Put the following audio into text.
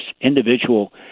individual